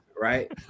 Right